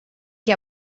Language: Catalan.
què